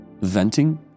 venting